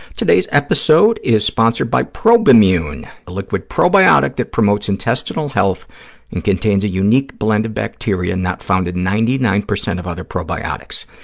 today's episode is sponsored by probimune, a liquid probiotic that promotes intestinal health and contains a unique blend of bacteria not found in ninety nine percent of other probiotics.